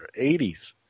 80s